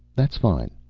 that's fine.